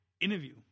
interview